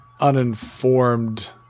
Uninformed